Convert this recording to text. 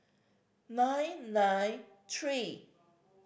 nine nine three